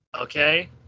Okay